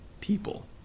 people